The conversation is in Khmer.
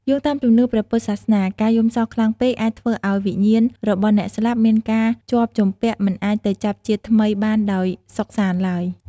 យោងតាមជំនឿព្រះពុទ្ធសាសនា ការយំសោកខ្លាំងពេកអាចធ្វើឱ្យវិញ្ញាណរបស់អ្នកស្លាប់មានការជាប់ជំពាក់មិនអាចទៅចាប់ជាតិថ្មីបានដោយសុខសាន្តឡើយ។